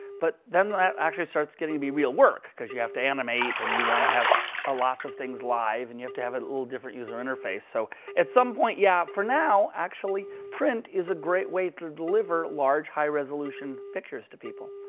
but then that actually starts getting to be real work, because you have to animate, and you want to have a lot of things live, and you have to have a little different user interface. so at some point, yeah. for now, actually, print is a great way to deliver large, high resolution pictures to people.